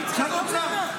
שר האוצר.